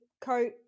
coat